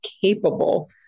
capable